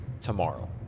tomorrow